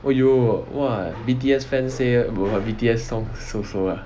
oh you were !wah! B_T_S fans say !whoa! B_T_S songs so so lah